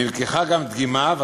נלקחה גם דגימה,